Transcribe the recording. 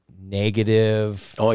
negative